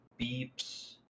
beeps